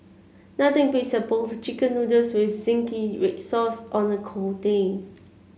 nothing beats a bowl of chicken noodles with zingy red sauce on a cold day